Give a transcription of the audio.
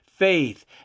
faith